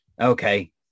Okay